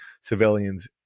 civilians